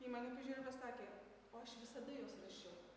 į mane pažiūrėjo ir pasakė o aš visada juos rašiau